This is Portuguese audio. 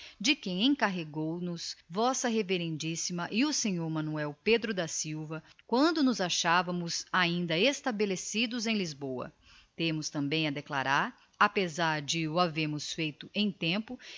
de quem nos encarregou v revma e o sr manuel pedro da silva quando ainda nos achávamos estabelecidos em lisboa temos também a declarar se bem que já em tempo